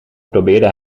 probeerde